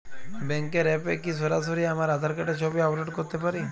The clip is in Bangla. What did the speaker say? ব্যাংকের অ্যাপ এ কি সরাসরি আমার আঁধার কার্ডের ছবি আপলোড করতে পারি?